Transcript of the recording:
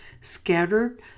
scattered